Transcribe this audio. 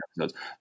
episodes